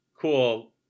cool